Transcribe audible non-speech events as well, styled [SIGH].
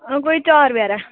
[UNINTELLIGIBLE]